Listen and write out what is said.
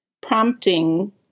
prompting